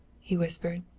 he whispered.